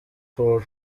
for